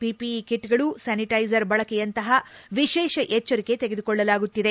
PPE ಕಿಟ್ಗಳು sanitiser ಬಳಕೆಯಂತಪ ವಿಶೇಷ ಎಚ್ಚರಿಕೆ ತೆಗೆದುಕೊಳ್ಳಲಾಗುತ್ತಿದೆ